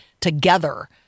together